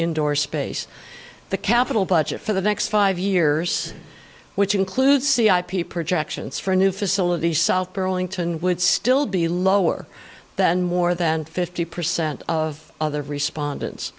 indoor space the capital budget for the next five years which includes c i p projections for new facilities south burlington would still be lower than more than fifty percent of other respondents